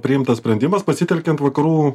priimtas sprendimas pasitelkiant vakarų